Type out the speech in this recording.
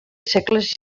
segles